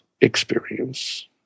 experience